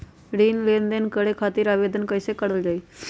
ऋण लेनदेन करे खातीर आवेदन कइसे करल जाई?